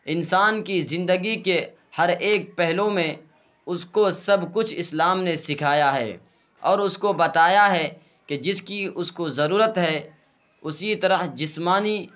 انسان کی زندگی کے ہر ایک پہلو میں اس کو سب کچھ اسلام نے سکھایا ہے اور اس کو بتایا ہے کہ جس کی اس کو ضرورت ہے اسی طرح جسمانی